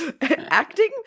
acting